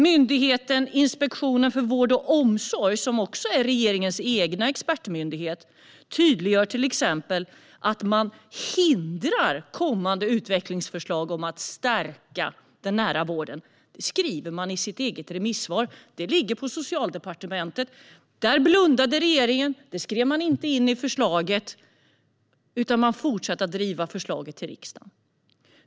Myndigheten Inspektionen för vård och omsorg, som också är regeringens egen expertmyndighet, tydliggör till exempel att man hindrar kommande utvecklingsförslag om att stärka den nära vården. Det skriver myndigheten i sitt eget remissvar. Det ligger på Socialdepartementet. Där blundade regeringen. Detta skrev man inte in i förslaget, utan man fortsatte att driva det till riksdagen.